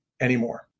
anymore